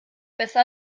besser